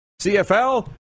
CFL